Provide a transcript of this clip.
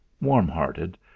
warm-hearted